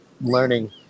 learning